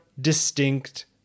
distinct